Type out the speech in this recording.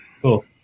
Cool